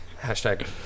hashtag